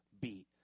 beat